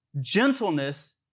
Gentleness